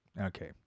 Okay